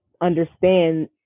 understand